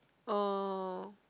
oh